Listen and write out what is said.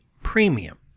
premium